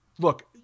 Look